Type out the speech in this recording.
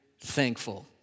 thankful